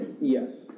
Yes